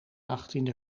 achttiende